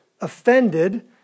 offended